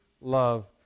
love